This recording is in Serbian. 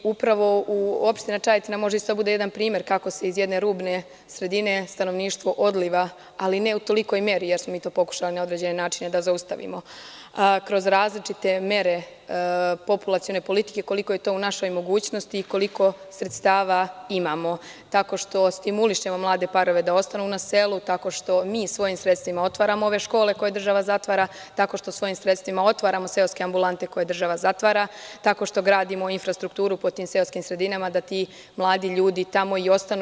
Upravo Opština Čajetina može da bude jedan primer kako se iz jedne rubne sredine stanovništvo odliva, ali ne u tolikoj meri, jer smo mi to pokušali na određene načine da zaustavimo, kroz različite mere populacione politike, koliko je to u našoj mogućnosti i koliko sredstava imamo, tako što stimulišemo mlade parove da ostanu na selu, tako što mi svojim sredstvima otvaramo ove škole, koje država zatvara, tako što svojim sredstvima otvaramo seoske ambulante, koje država zatvara, tako što gradimo infrastrukturu po tim seoskim sredinama da ti mladi ljudi tamo i ostanu.